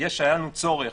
היה לנו צורך,